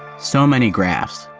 so many graphs,